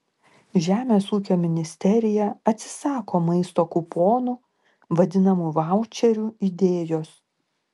žemės ūkio ministerija atsisako maisto kuponų vadinamų vaučerių idėjos